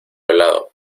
helado